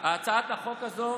הצעת החוק הזו